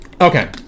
Okay